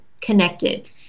connected